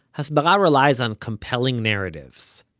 hasbara relies on compelling narratives.